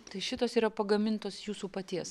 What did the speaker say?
tai šitos yra pagamintos jūsų paties